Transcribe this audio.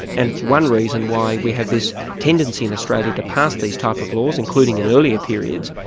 and it's one reason why we have this tendency in australia to pass these type of laws, including in earlier periods,